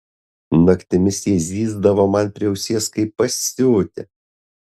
naktimis jie zyzdavo man prie ausies kaip pasiutę